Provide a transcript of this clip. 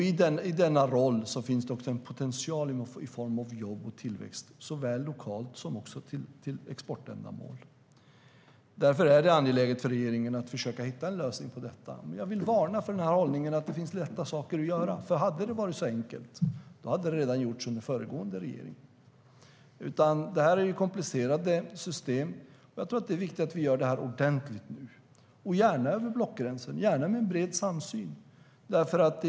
I denna roll finns det också en potential i form av jobb och tillväxt såväl lokalt som till exportändamål. Därför är det angeläget för regeringen att försöka hitta en lösning på detta. Jag vill dock varna för hållningen att det finns lätta saker att göra. Om det hade varit så enkelt hade det redan gjorts under föregående regerings tid. Detta är komplicerade system, och jag tror att det är viktigt att vi gör det här ordentligt nu - gärna över blockgränserna och gärna med en bred samsyn.